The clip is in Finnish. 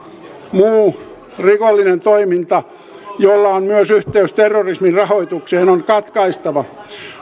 muu rikollinen toiminta jolla on myös yhteys terrorismin rahoitukseen on katkaistava